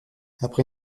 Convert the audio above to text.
après